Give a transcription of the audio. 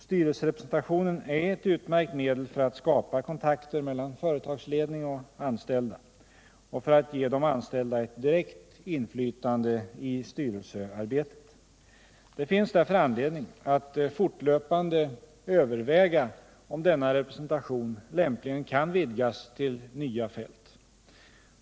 Styrelserepresentationen är ett utmärkt medel för att skapa kontakter mellan företagsledning och anställda och för att ge de anställda ett direkt inflytande i styrelsearbetet. Det finns därför anledning att fortlöpande överväga om denna representation lämpligen kan vidgas till nya fält.